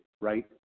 right